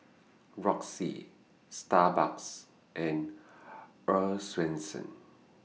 Roxy Starbucks and Earl's Swensens